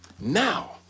Now